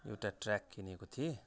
एउटा ट्र्याक किनेको थिएँ